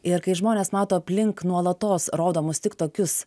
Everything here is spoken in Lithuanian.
ir kai žmonės mato aplink nuolatos rodomus tik tokius